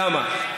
למה?